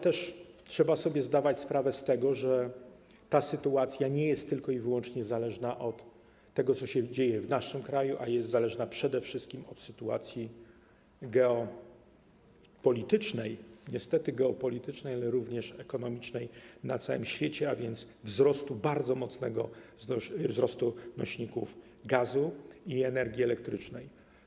Trzeba sobie zdawać sprawę z tego, że ta sytuacja nie jest tylko i wyłącznie zależna od tego, co się dzieje w naszym kraju, a jest zależna przede wszystkim od sytuacji geopolitycznej, niestety geopolitycznej, ale również ekonomicznej na całym świecie, a więc bardzo mocnego wzrostu nośników gazu i energii elektrycznej.